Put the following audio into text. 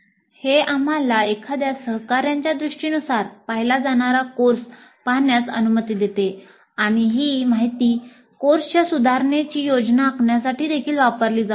हे आम्हाला एखाद्या सहकाऱ्यांच्या दृष्टीनुसार पाहिला जाणारा कोर्स पाहण्यास अनुमती देते आणि ही माहिती कोर्सच्या सुधारणेची योजना आखण्यासाठी देखील वापरली जाऊ शकते